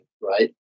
right